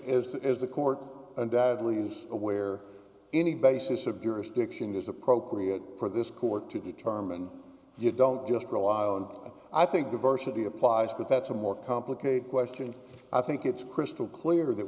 as is the court undoubtedly is aware any basis of jurisdiction is appropriate for this court to determine you don't just rely on i think diversity applies but that's a more complicated question i think it's crystal clear that